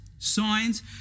signs